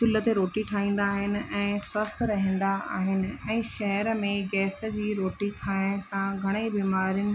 चुल्ह ते रोटी ठाहींदा आहिनि ऐं स्वस्थ्यु रहंदा आहिनि ऐं शहर में गैस जी रोटी खाइण सां घणेई बीमारियूं